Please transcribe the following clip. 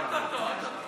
או-טו-טו, או-טו-טו.